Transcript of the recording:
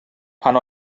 pan